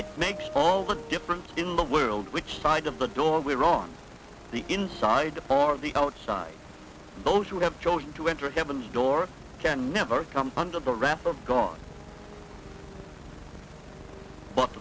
it makes all the difference in the world which side of the door we are on the inside or the outside those who have chosen to enter heaven's door can never come under the wrath of god but